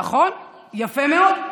נכון, יפה מאוד.